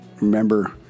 Remember